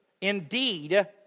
Indeed